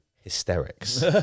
hysterics